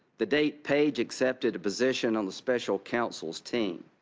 the day page accepted a position on the special counsel's team.